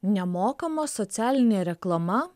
nemokama socialinė reklama